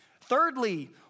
Thirdly